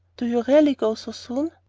do you really go so soon?